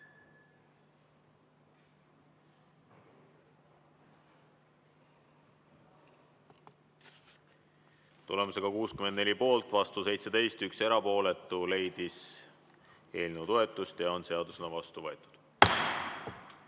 Tulemusega 64 poolt, vastu 17 ja 1 erapooletu leidis eelnõu toetust ja on seadusena vastu võetud.